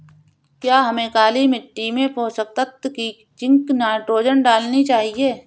क्या हमें काली मिट्टी में पोषक तत्व की जिंक नाइट्रोजन डालनी चाहिए?